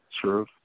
True